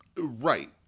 Right